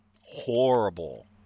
Horrible